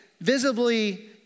visibly